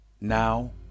now